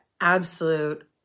absolute